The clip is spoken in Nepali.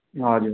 हजुर